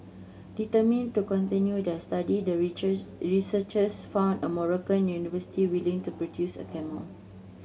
determined to continue their study the researchers found a Moroccan university willing to procure a camel